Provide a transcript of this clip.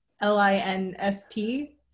L-I-N-S-T